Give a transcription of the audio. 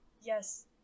Yes